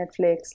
Netflix